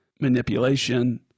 manipulation